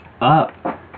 up